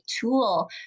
tool